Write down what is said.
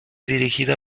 dirigida